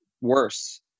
worse